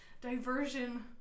diversion